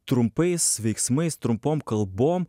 trumpais veiksmais trumpom kalbom